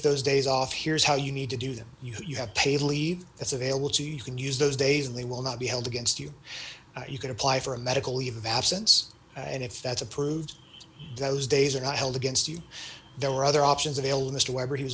those days off here's how you need to do them you have paid leave that's available to you can use those days and they will not be held against you you can ply for a medical leave of absence and if that's approved those days are not held against you there were other options available mr weber he was